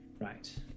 Right